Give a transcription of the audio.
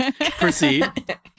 proceed